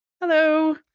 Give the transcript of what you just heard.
hello